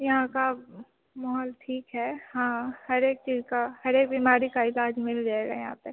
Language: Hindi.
यहाँ का माहौल ठीक है हाँ हर एक चीज़ का हर एक बिमारी का इलाज मिल जाएगा यहाँ पर